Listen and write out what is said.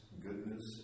goodness